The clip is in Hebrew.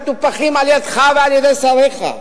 שמטופחים על-ידך ועל-ידי שריך?